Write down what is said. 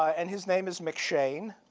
and his name is mcshane,